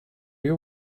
you